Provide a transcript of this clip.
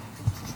פעולה.